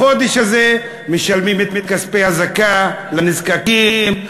בחודש הזה משלמים את כספי ה"זכּאה" לנזקקים,